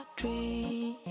Dream